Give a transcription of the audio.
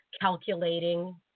calculating